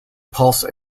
pulse